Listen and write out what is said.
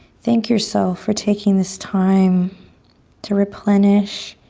thank yourself for taking this time to replenish